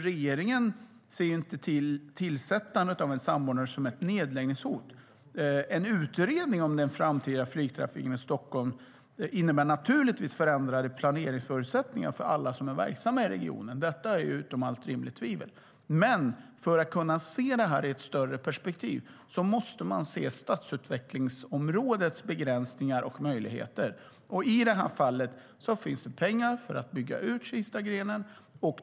Regeringen ser inte tillsättandet av en samordnare som ett nedläggningshot. En utredning av den framtida flygtrafiken i Stockholm innebär naturligtvis förändrade planeringsförutsättningar för alla som är verksamma i regionen. Detta är ställt utom allt rimligt tvivel. Men för att kunna se det här i ett större perspektiv måste man se stadsutvecklingsområdets begränsningar och möjligheter. I det här fallet finns det pengar för att bygga ut Kistagrenen.